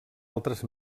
altres